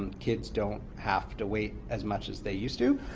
kids don't have to wait as much as they used to.